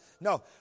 no